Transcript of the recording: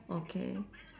okay